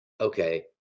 Okay